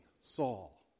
Saul